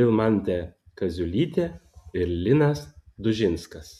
vilmantė kaziulytė ir linas dužinskas